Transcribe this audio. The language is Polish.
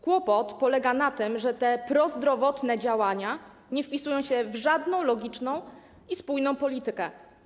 Kłopot polega na tym, że te prozdrowotne działania nie wpisują się w żadną logiczną i spójną politykę.